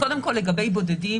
קודם כל לגבי בודדים,